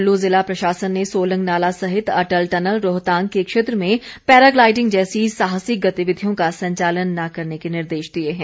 कुल्लू जिला प्रशासन ने सोलंग नाला सहित अटल टनल रोहतांग के क्षेत्र में पैराग्लाईडिंग जैसी साहसिक गतिविधियों का संचालन न करने के निर्देश दिए हैं